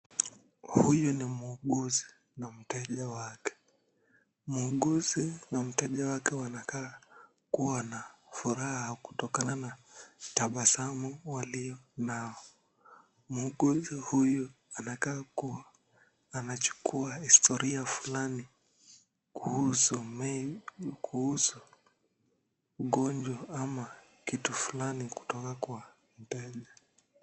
Huyu ni muuguzi na mteja wake. Muuguzi mteja Wake wanakaa kuwa na furaha kutokana na tabasamu walio nao . Muuguzi huyu anakaa kuwa anachukuwa historia Fulani kuhusu magojwa ama kitu Fulani kutoka kwa mteja.